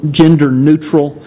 gender-neutral